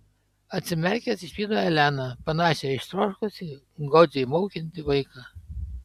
atsimerkęs išvydo eleną panašią į ištroškusį godžiai maukiantį vaiką